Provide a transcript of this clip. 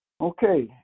okay